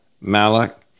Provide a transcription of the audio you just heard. Malak